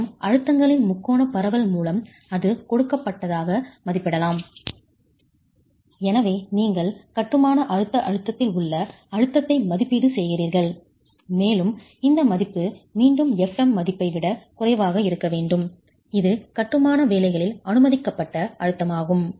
மற்றும் அழுத்தங்களின் முக்கோணப் பரவல் மூலம் அது கொடுக்கப்பட்டதாக மதிப்பிடலாம் எனவே நீங்கள் கட்டுமான அழுத்த அழுத்தத்தில் உள்ள அழுத்தத்தை மதிப்பீடு செய்கிறீர்கள் மேலும் இந்த மதிப்பு மீண்டும் fm மதிப்பை விட குறைவாக இருக்க வேண்டும் இது கட்டுமான வேலைகளில் அனுமதிக்கப்பட்ட அழுத்தமாகும்